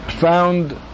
found